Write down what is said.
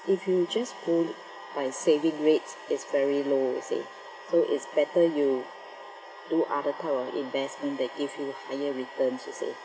if you just hold it by saving rates it's very low you see so it's better you do other type of investment that give you higher returns you see